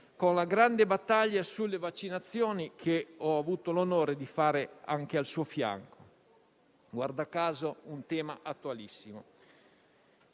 con la grande battaglia sulle vaccinazioni che ho avuto l'onore di condurre anche al suo fianco. Guarda caso, un tema attualissimo.